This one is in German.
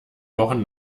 wochen